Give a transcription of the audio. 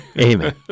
Amen